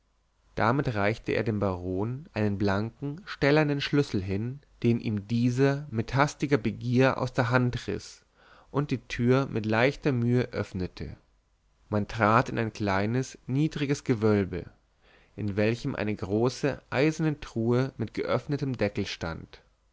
damit reichte er dem baron einen blanken stählernen schlüssel hin den ihm dieser mit hastiger begier aus der hand riß und die tür mit leichter mühe öffnete man trat in ein kleines niedriges gewölbe in welchem eine große eiserne truhe mit geöffnetem deckel stand